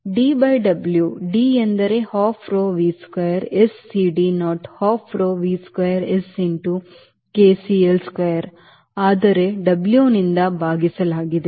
D by W D ಎಂದರೆ half rho v square S CD naught half rho V square S into K CL square ಆದರೆ ಡಬ್ಲ್ಯೂನಿಂದ ಭಾಗಿಸಲಾಗಿದೆ